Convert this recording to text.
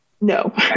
No